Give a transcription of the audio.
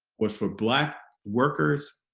was for black workers,